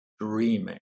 dreaming